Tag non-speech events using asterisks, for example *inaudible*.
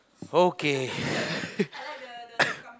okay *laughs*